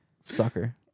Sucker